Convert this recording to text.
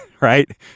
right